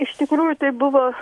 iš tikrųjų tai buvo